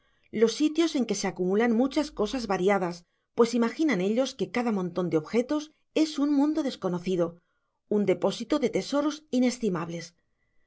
los sitios en que se acumulan muchas cosas variadas pues imaginan ellos que cada montón de objetos es un mundo desconocido un depósito de tesoros inestimables